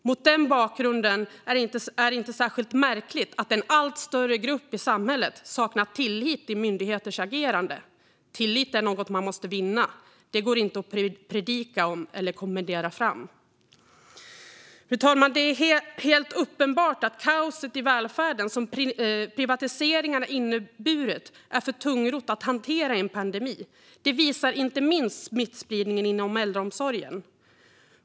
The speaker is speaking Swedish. Mot den bakgrunden är det inte särskilt märkligt att en allt större grupp i samhället saknar tillit till myndigheters agerande. Tillit är något man måste vinna. Det går inte att predika om eller kommendera fram. Fru talman! Det är helt uppenbart att kaoset i välfärden som privatiseringarna inneburit är för tungrott att hantera i en pandemi. Det visar inte minst smittspridningen inom äldreomsorgen.